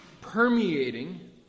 permeating